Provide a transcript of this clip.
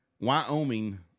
Wyoming